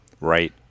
right